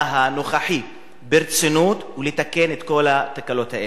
הנוכחי ברצינות ולתקן את כל התקלות האלה.